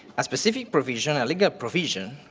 a specific provision, a legal provision,